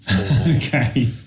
Okay